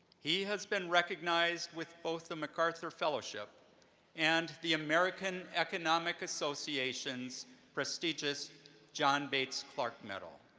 he has been recognized with both a macarthur fellowship and the american economic association's prestigious john bates clark medal.